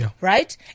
right